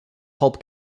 pulp